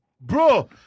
bro